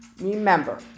Remember